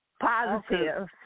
positive